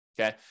okay